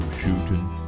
shooting